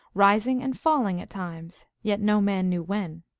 rising and falling at times, yet no man knew when.